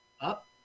Up